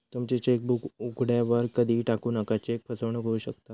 तुमची चेकबुक उघड्यावर कधीही टाकू नका, चेक फसवणूक होऊ शकता